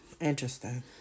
Interesting